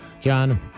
John